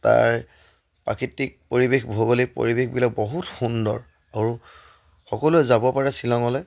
তাৰ প্ৰাকৃতিক পৰিৱেশ ভৌগোলিক পৰিৱেশবিলাক বহুত সুন্দৰ আৰু সকলোৱে যাব পাৰে শ্বিলঙলৈ